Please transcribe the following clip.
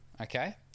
okay